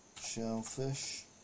shellfish